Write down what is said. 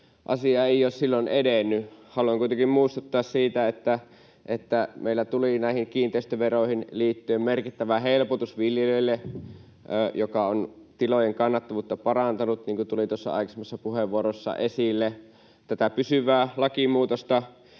asia ei ole silloin edennyt. Haluan kuitenkin muistuttaa, että meillä tuli näihin kiinteistöveroihin liittyen viljelijöille merkittävä helpotus, joka on tilojen kannattavuutta parantanut, niin kuin tuli tuossa aikaisemmassa puheenvuorossa esille. Tätä pysyvää lakimuutosta